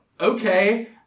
Okay